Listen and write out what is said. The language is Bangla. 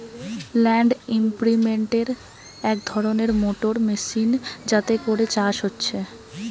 ল্যান্ড ইমপ্রিন্টের এক ধরণের মোটর মেশিন যাতে করে চাষ হচ্ছে